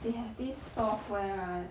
they have this software right